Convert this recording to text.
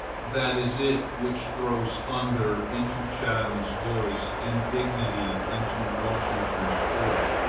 that is it which throws thunder into chatham's voice, and dignity into washington's port,